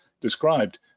described